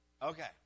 Okay